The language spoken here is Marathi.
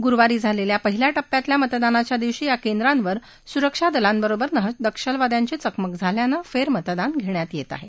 गुरुवारी झालेल्या पहिल्या टप्प्यातल्या मतदानाच्या दिवशी या केंद्रांवर सुरक्षादलांबरोबर नक्षलवाद्यांची चकमक झाल्यानं फेरमतदान घेण्यात येत आहे